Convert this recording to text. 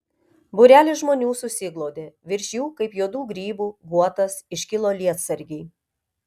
būrelis žmonių susiglaudė virš jų kaip juodų grybų guotas iškilo lietsargiai